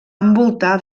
envoltar